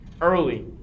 early